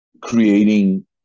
creating